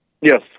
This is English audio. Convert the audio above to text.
Yes